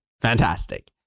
fantastic